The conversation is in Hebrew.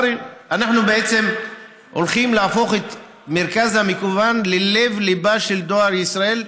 אנחנו בעצם הולכים להפוך את המרכז המקוון ללב-ליבו של דואר ישראל.